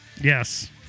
Yes